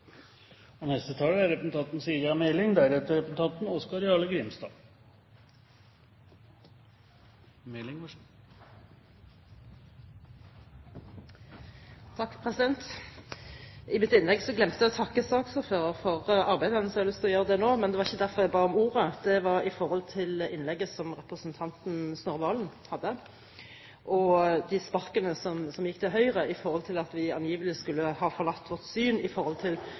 I mitt innlegg glemte jeg å takke saksordføreren for hennes arbeid, så jeg vil gjøre det nå. Men det var ikke derfor jeg ba om ordet, det var på grunn av innlegget til representanten Snorre Serigstad Valen og de sparkene som gikk til Høyre, at vi angivelig skulle ha forlatt vårt syn